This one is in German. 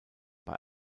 bei